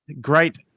great